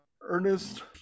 Ernest